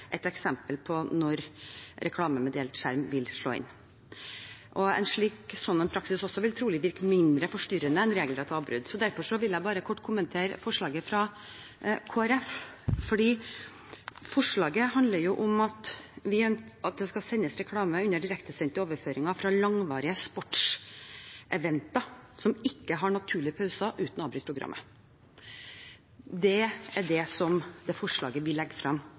et eksempel på når reklame på delt skjerm vil slå inn. En slik praksis vil trolig også virke mindre forstyrrende enn regelrette avbrudd. Derfor vil jeg bare kort kommentere forslaget fra Kristelig Folkeparti. Forslaget handler om at det skal sendes reklame under direktesendte overføringer fra langvarige sportsevenementer som ikke har naturlige pauser, uten å avbryte programmet. Det er det som forslaget vi legger